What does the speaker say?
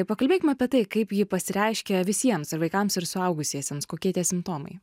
pakalbėkim apie tai kaip ji pasireiškia visiems ir vaikams ir suaugusiesiems kokie tie simptomai